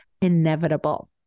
inevitable